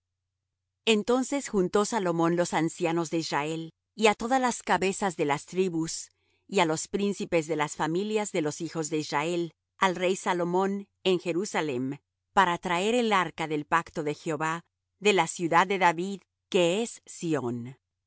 entonces juntó salomón los ancianos de israel y á todas las cabezas de las tribus y á los príncipes de las familias de los hijos de israel al rey salomón en jerusalem para traer el arca del pacto de jehová de la ciudad de david que es sión